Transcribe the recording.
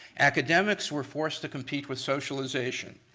academics were forced to compete with socialization.